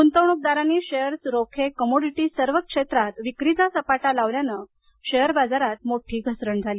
गुंतवणूकदारांनी शेअर्स रोखे कमोडिटी सर्वच क्षेत्रात विक्रीचा सपाटा लावल्यानं शेअर बाजारात मोठी घसरण झाली